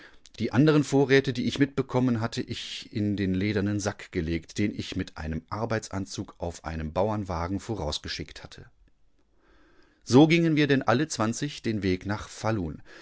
die anderen vorräte die ich mitbekommen hatte ich in den ledernen sack gelegt den ich mit einem arbeitsanzug auf einem bauernwagenvorausgeschickthatte so gingen wir denn alle zwanzig den weg nach